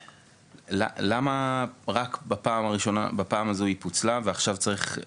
למה רק בפעם הזו היא פוצלה ועכשיו צריך?